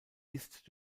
ist